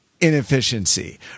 inefficiency